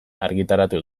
argitaratu